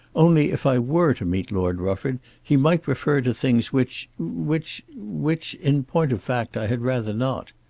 only if i were to meet lord rufford he might refer to things which which which. in point of fact i had rather not.